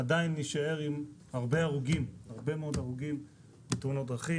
עדיין נישאר עם הרבה מאוד הרוגים בתאונות דרכים.